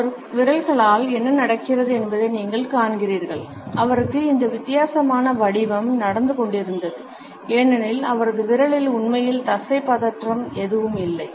அவரது விரல்களால் என்ன நடக்கிறது என்பதை நீங்கள் காண்கிறீர்கள் அவருக்கு இந்த வித்தியாசமான வடிவம் நடந்து கொண்டிருந்தது ஏனெனில் அவரது விரலில் உண்மையில் தசை பதற்றம் எதுவும் இல்லை